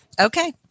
Okay